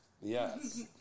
Yes